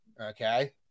Okay